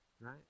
Right